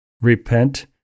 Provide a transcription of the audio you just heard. Repent